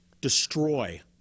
destroy